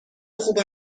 خوب